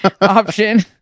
option